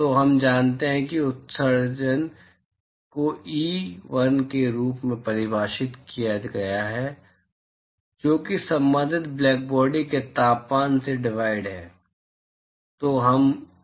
तो हम जानते हैं कि उत्सर्जन को ई 1 के रूप में परिभाषित किया गया है जो कि संबंधित ब्लैक बॉडी के तापमान से डिवाइड है